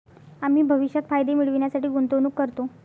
आम्ही भविष्यात फायदे मिळविण्यासाठी गुंतवणूक करतो